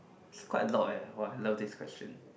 is quite a lot eh !wah! I love this question